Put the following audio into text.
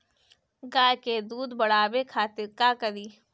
गाय के दूध बढ़ावे खातिर का करी?